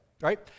Right